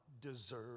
deserve